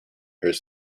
his